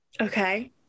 Okay